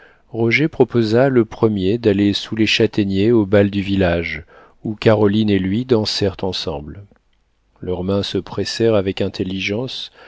roger proposa le premier d'aller sous les châtaigniers au bal du village où caroline et lui dansèrent ensemble leurs mains se pressèrent avec intelligence